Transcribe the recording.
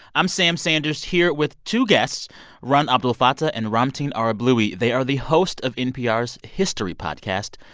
i'm sam sanders, here with two guests rund abdelfateh and ramtin ah arablouei. they are the host of npr's history podcast,